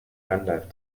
gandalf